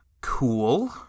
cool